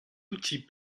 outils